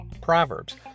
Proverbs